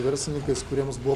verslininkais kuriems buvo